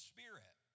Spirit